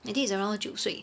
I think is around 九岁